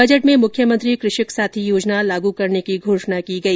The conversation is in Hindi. बजट में मुख्यमंत्री कृषक साथी योजना लागू करने की घोषणा की गई